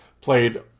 played